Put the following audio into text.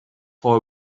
for